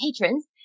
patrons